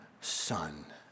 son